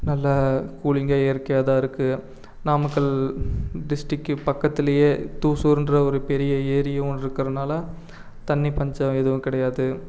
நல்ல கூலிங்காக இயற்கையாக தான் இருக்கு நாமக்கல் டிஸ்டிக்கு பக்கத்துலையே தூசூர்ன்ற ஒரு பெரிய ஏரியும் இருக்கிறனால தண்ணி பஞ்சம் எதுவும் கிடையாது